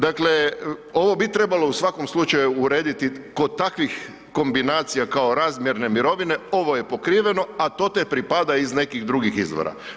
Dakle, ovo bi trebalo u svakom slučaju urediti kod takvih kombinacija kao razmjerne mirovine, ovo je pokriveno, a to te pripada iz nekih drugih izvora.